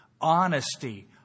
honesty